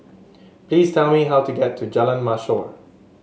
please tell me how to get to Jalan Mashhor